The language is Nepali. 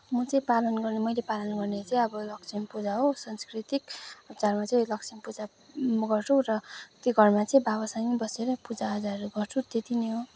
म चाहिँ पालन गर्ने मैले पालन गर्ने चाहिँ अब लक्ष्मी पूजा हो सांस्कृतिक चाडमा चाहिँ लक्ष्मी पूजा म गर्छु र त्यो घरमा चाहिँ बाबासँगै बसेर पूजा आजाहरू गर्छु त्यति नै हो